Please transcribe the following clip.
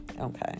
okay